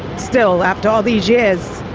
still, after all these years,